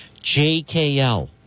JKL